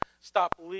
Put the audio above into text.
stop